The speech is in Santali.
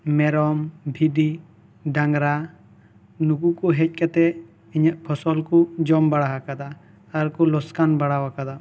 ᱢᱮᱨᱚᱢ ᱵᱷᱤᱰᱤ ᱰᱟᱝᱨᱟ ᱱᱩᱠᱩ ᱠᱚ ᱦᱮᱡ ᱠᱟᱛᱮᱜ ᱤᱧᱟᱹᱜ ᱯᱷᱚᱥᱚᱞ ᱠᱚ ᱡᱚᱢ ᱵᱟᱲᱟ ᱟᱠᱟᱫᱟ ᱟᱨ ᱠᱚ ᱞᱚᱠᱥᱟᱱ ᱵᱟᱲᱟ ᱣᱟᱠᱟᱫᱟ